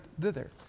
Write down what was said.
thither